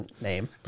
name